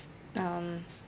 um